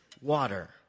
water